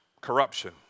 Corruption